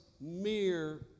mere